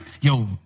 yo